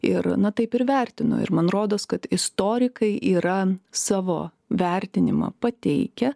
ir na taip ir vertino ir man rodos kad istorikai yra savo vertinimą pateikę